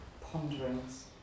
ponderings